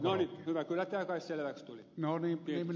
kyllä tämä kai selväksi tuli